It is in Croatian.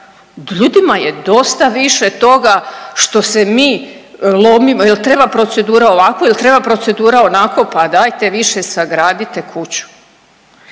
ljudima je dosta više toga što se mi lomimo, jel treba procedura ovako, jel treba procedura onako pa dajte više sagradite kuću.